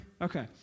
Okay